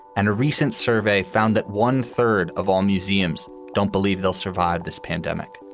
and a recent survey found that one third of all museums don't believe they'll survive this pandemic.